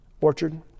Orchard